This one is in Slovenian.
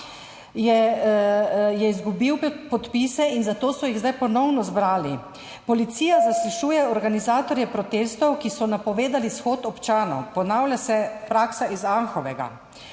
je izgubil podpise in zato so jih zdaj ponovno zbrali. Policija zaslišuje organizatorje protestov, ki so napovedali shod občanov. Ponavlja se praksa iz Anhovega.